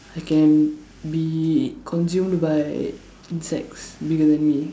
I can be consumed by insects bigger than me